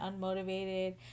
unmotivated